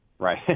Right